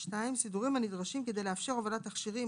(2)סידורים הנדרשים כדי לאפשר הובלת תכשירים,